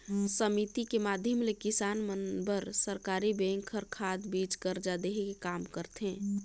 समिति के माधियम ले किसान मन बर सरकरी बेंक हर खाद, बीज, करजा देहे के काम करथे